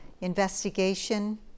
Investigation